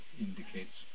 indicates